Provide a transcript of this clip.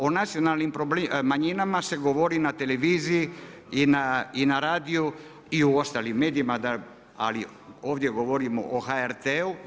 O nacionalnim manjinama se govori na televiziji i na radiju i u ostalim medijima, ali ovdje govorimo o HRT-u.